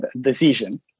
decision